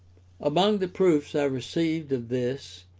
among the proofs i received of this,